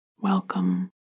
Welcome